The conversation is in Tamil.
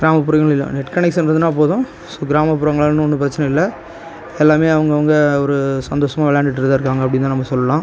கிராமப்புறங்களில் நெட் கனெக்ஷன் இருந்ததுனால் போதும் ஸோ கிராமப்புறங்கள்னு ஒன்றும் பிரச்சனை இல்லை எல்லாமே அவங்கவங்க ஒரு சந்தோஷமாக விளையாண்டுட்டு இருந்திருக்காங்க அப்படி தான் நம்ம சொல்லலாம்